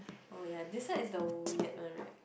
oh ya this side is the weird one right